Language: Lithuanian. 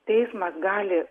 teismas gali